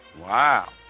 Wow